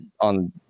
on